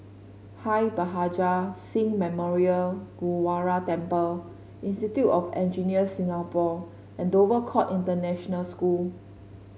Bhai Maharaj Singh Memorial Gurdwara Temple Institute of Engineers Singapore and Dover Court International School